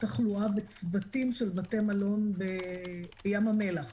תחלואה בצוותים של בתי המלון בים המלח